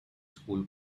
school